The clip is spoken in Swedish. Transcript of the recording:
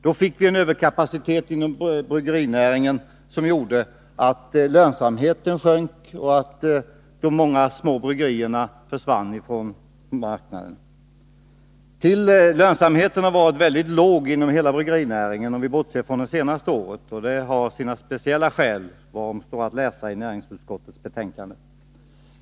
Då fick vi en överkapacitet inom bryggerinäringen som gjorde att lönsamheten sjönk och många av de små bryggerierna försvann från marknaden. Lönsamheten har varit mycket låg inom hela bryggerinäringen, bortsett från det senaste året, vilket har sina speciella skäl, varom står att läsa i näringsutskottets betänkande.